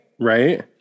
Right